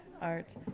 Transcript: art